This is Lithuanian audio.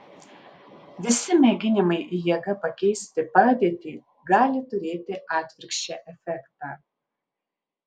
visi mėginimai jėga pakeisti padėtį gali turėti atvirkščią efektą